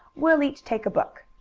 we'll each take a book.